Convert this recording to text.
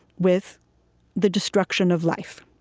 with the destruction of life.